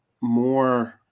more